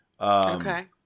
Okay